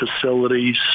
facilities